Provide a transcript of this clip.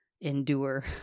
endure